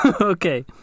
Okay